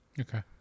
Okay